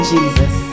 Jesus